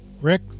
Rick